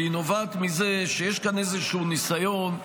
והיא נובעת מזה שיש כאן איזשהו ניסיון,